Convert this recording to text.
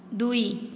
ଦୁଇ